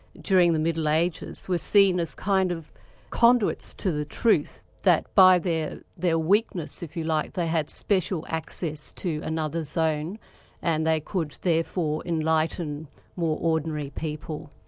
during the middle ages, were seen as kind of conduits to the truth, that by their weakness, if you like, they had special access to another zone and they could therefore enlighten more ordinary people.